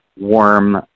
warm